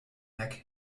nek